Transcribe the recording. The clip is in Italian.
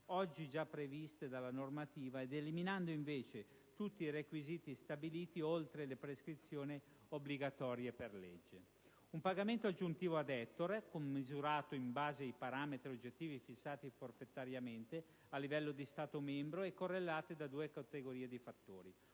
oggi già previste dalla normativa, eliminando invece tutti i requisiti stabiliti oltre le prescrizioni obbligatorie di legge. In secondo luogo, si potrebbe prevedere un pagamento aggiuntivo ad ettaro, commisurato in base a parametri oggettivi fissati forfetariamente a livello di Stato membro e correlati a due categorie di fattori.